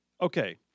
okay